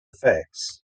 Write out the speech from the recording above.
effects